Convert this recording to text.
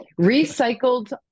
Recycled